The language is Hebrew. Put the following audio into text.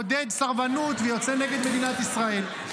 -- ומעודד סרבנות ויוצא נגד מדינת ישראל.